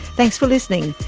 thanks for listening.